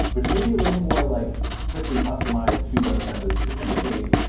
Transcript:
which maybe a little more like strictly customized to webassembly specifically.